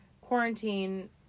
quarantine